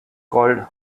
called